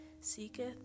seeketh